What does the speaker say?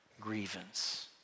grievance